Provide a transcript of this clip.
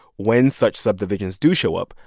when such subdivisions do show up,